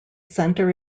center